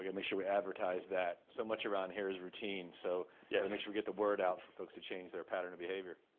yeah make sure we advertise that so much around here is routine so yes make sure we get the word out for folks to change their pattern of behavior